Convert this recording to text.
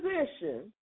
position